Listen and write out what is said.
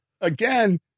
again